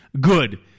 Good